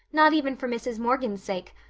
not even for mrs. morgan's sake.